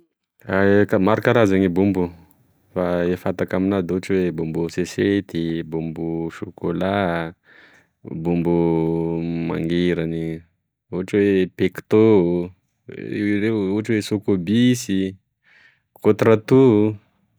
E maro karaza gne bonbon fa e fatako amina da ohatry oe bombo sesety, bombo chocolat, bombo mangiragny ohatry oe pecto, reo ohatry oe sokobisy, kotrato.